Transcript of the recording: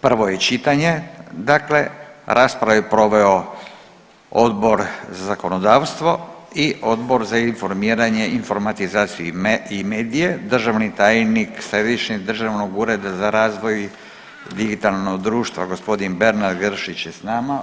prvo je čitanje, dakle raspravu je proveo Odbor za zakonodavstvo i Odbor za informiranje i informatizaciju i medije, državni tajnik Središnjeg državnog ureda za razvoj digitalnog društva gospodin Bernard Gršić je s nama.